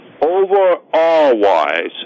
overall-wise